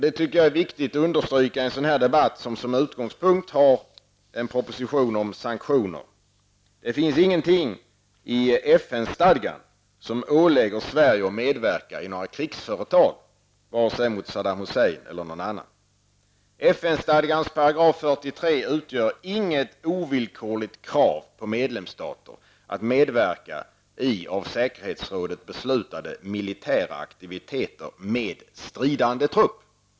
Det är viktigt att understryka i en sådan här debatt, som har som utgångspunkt en proposition om sanktioner, att det inte finns något i FNs stadgar som ålägger Sverige att medverka i något krigsföretag, vare sig mot Saddam Hussein eller mot någon annan. FN-stadgans 43 § ställer inget ovillkorligt krav på medlemsstaterna att medverka i av säkerhetsrådet beslutade militära aktiviteter med stridande trupp.